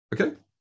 Okay